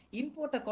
import